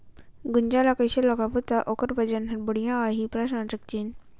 गुनजा ला कइसे लगाबो ता ओकर वजन हर बेडिया आही?